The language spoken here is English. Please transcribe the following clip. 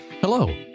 Hello